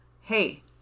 Hey